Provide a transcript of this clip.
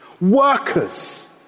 Workers